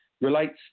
relates